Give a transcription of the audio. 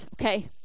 okay